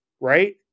right